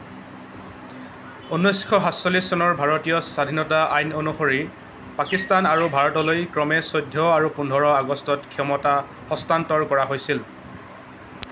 উনৈছশ সাতচল্লিশ চনৰ ভাৰতীয় স্বাধীনতা আইন অনুসৰি পাকিস্তান আৰু ভাৰতলৈ ক্ৰমে চৈধ্য আৰু পোন্ধৰ আগষ্টত ক্ষমতা হস্তান্তৰ কৰা হৈছিল